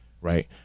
right